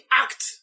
act